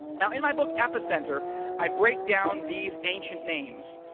now, in my book, epicenter i break down these ancient names.